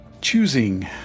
choosing